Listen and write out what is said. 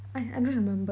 I I don't remember